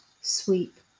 sweep